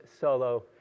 solo